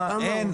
מה אין,